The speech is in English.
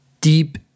deep